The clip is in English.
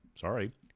sorry